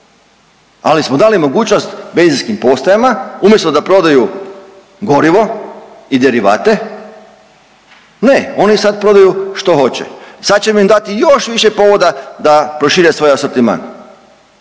ali smo dali mogućnost benzinskim postajama, umjesto da prodaju gorivo i derivate, ne oni sad prodaju što hoće. Sad ćemo im dati još više povoda da prošire svoj asortiman.